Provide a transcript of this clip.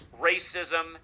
racism